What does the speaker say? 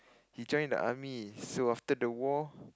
he join the army so after the war